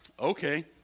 Okay